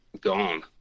gone